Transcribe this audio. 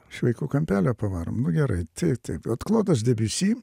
iš vaikų kampelio pavarom nu gerai tai taip vat klodas de biusi